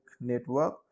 network